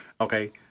Okay